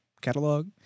catalog